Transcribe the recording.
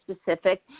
specific